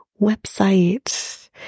website